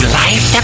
life